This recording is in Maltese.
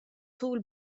tul